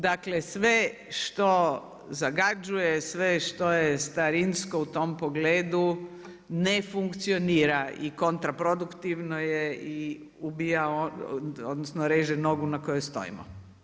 Dakle, sve što zagađuje, sve što je starinsko u tom pogledu ne funkcionira i kontraproduktivno je i ubija odnosno reže nogu na kojoj stojimo.